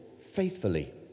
faithfully